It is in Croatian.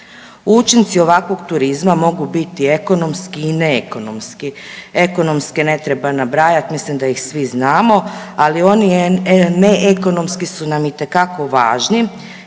Učinci ovakvog turizma mogu biti i ekonomski i neekonomski. Ekonomske ne treba nabrajati, mislim da ih svi znamo. Ali oni neekonomski su nam itekako važni,